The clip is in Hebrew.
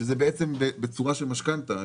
שזה בעצם בצורה של משכנתא.